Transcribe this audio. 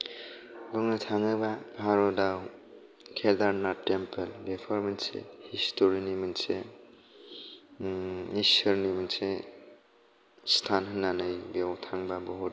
बुंनो थाङोब्ला भारताव केडारनात टेम्पोल बेफोर मोनसे हिसटरिनि मोनसे इसोरनि मोनसे स्थान होननानै बेयाव थांब्ला बहुद